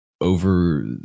over